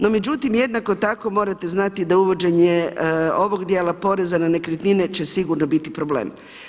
No, međutim jednako tako morate znati da uvođenje ovog djela poreza na nekretnine će sigurno biti problem.